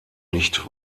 nicht